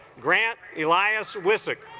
grant elias wizard